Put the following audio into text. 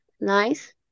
nice